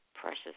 precious